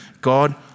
God